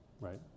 right